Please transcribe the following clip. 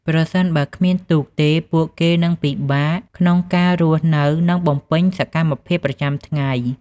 ប្រសិនបើគ្មានទូកទេ ពួកគេនឹងពិបាកក្នុងការរស់នៅនិងបំពេញសកម្មភាពប្រចាំថ្ងៃ។